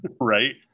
Right